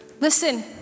Listen